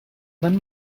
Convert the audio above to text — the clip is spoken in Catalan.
van